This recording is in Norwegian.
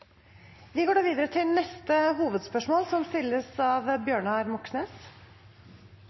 Vi går da videre til neste hovedspørsmål.